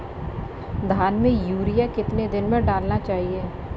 धान में यूरिया कितने दिन में डालना चाहिए?